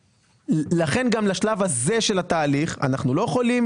לכן גם לשלב הזה של התהליך אנחנו יכולים